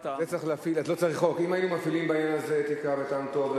אם היינו מפעילים בעניין הזה אתיקה וטעם טוב,